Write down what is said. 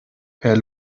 herr